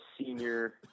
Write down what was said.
senior